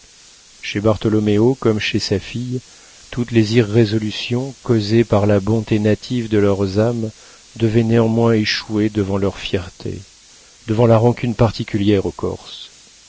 chez bartholoméo comme chez sa fille toutes les irrésolutions causées par la bonté native de leurs âmes devaient néanmoins échouer devant leur fierté devant la rancune particulière aux corses